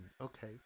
okay